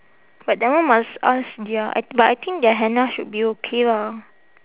but that one must ask their I but I think their henna should be okay lah